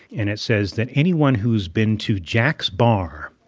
and it says that anyone who's been to jack's bar,